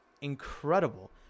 incredible